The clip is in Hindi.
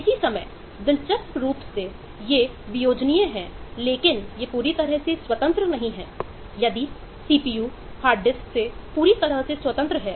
इसी समय दिलचस्प रूप से वे वियोजनिय हैं लेकिन ये पूरी तरह से स्वतंत्र नहीं हैं